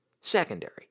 secondary